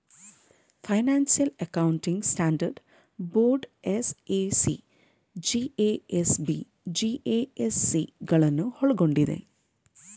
financial accounting standard board FAC, GASB, GASC ಗಳನ್ನು ಒಳ್ಗೊಂಡಿದೆ